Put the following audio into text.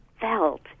felt